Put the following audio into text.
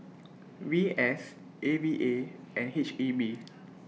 V S A V A and H E B